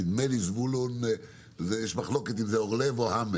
יש מחלוקת אם זה זבולון אורלב או המר.